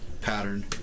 pattern